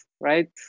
right